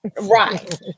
Right